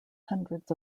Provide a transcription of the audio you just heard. hundreds